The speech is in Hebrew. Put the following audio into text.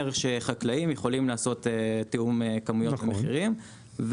שחקלאים יכולים לעשות תיאום כמויות מחירים,